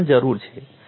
તેની પણ જરૂર છે